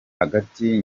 hagati